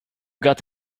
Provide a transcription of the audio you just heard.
got